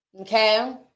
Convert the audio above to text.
okay